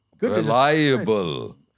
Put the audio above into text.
Reliable